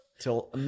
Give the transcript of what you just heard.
till